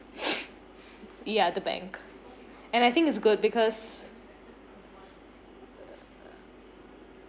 ya the bank and I think it's good because